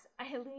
Eileen